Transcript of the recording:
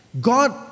God